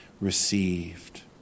received